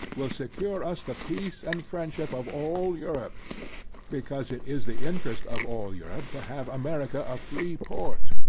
will secure us the peace and friendship of all europe because, it is the interest of all europe to have america a free port.